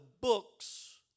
books